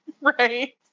right